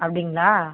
அப்படிங்களா